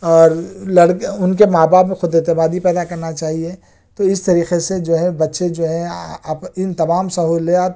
اور لڑ کے ان کے ماں باپ میں خود اعتمادی پیدا کرنا چاہیے تو اس طریقے سے جو ہے بچے جو ہے اب ان تمام سہولیات